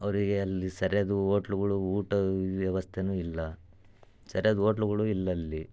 ಅವರಿಗೆ ಅಲ್ಲಿ ಸರಿಯಾದ ಓಟ್ಲುಗಳು ಊಟದ ವ್ಯವಸ್ಥೆನೂ ಇಲ್ಲ ಸರ್ಯಾದ ಓಟ್ಲುಗಳು ಇಲ್ಲ ಅಲ್ಲಿ